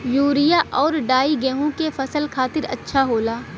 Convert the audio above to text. urea आउर डाई गेहूं के फसल खातिर अच्छा होला